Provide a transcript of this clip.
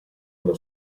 uno